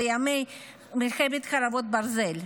בימי מלחמת חרבות ברזל.